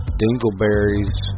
dingleberries